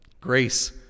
grace